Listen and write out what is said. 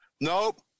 Nope